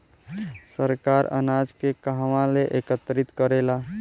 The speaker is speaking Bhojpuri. सरकार अनाज के कहवा एकत्रित करेला?